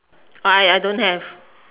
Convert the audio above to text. I I don't have